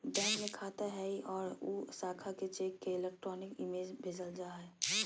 bank में खाता हइ और उ शाखा के चेक के इलेक्ट्रॉनिक इमेज भेजल जा हइ